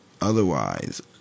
otherwise